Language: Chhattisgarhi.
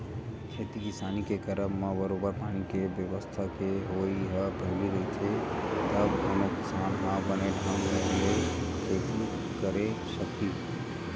खेती किसानी के करब म बरोबर पानी के बेवस्था के होवई ह पहिली रहिथे तब कोनो किसान ह बने ढंग ले खेती करे सकही